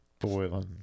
Boiling